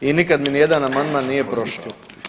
I nikad mi ni jedan amandman nije prošao.